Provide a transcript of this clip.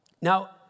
Now